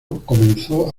comenzó